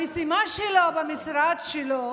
המשימה שלו במשרד שלו